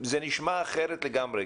זה נשמע אחרת לגמרי,